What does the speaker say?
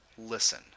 Listen